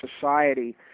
society